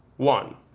one.